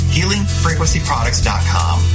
HealingFrequencyProducts.com